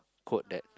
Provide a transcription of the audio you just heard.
quote that